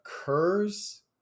occurs